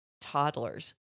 toddlers